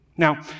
Now